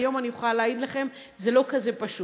היום אני יכולה להעיד לכם: זה לא כזה פשוט.